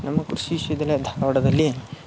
ನಮ್ಮ ಕೃಷಿ ವಿಶ್ವವಿದ್ಯಾಲಯ ಧಾರವಾಡದಲ್ಲಿ